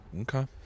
Okay